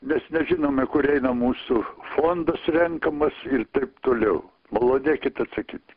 nes nežinome kur eina mūsų fondas renkamas ir taip toliau malonėkit atsakyti